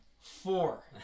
Four